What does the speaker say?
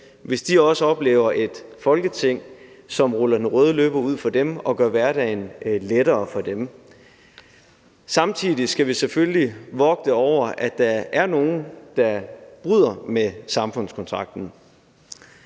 hver dag – også oplever et Folketing, som ruller den røde løber ud for dem og gør hverdagen lettere for dem. Samtidig skal vi selvfølgelig vogte os for, at der er nogle, der bryder med samfundskontrakten.